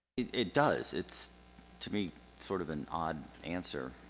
it does. it's to me sort of an odd answer.